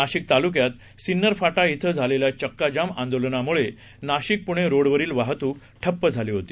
नाशिकतालुक्यातसिन्नरफाटायेथेझालेल्याचक्काजामआंदोलनामुळेनाशिकपुणेरोडवरीलवाहतूकठप्पझालीहोती